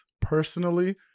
Personally